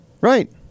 Right